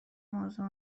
موضوع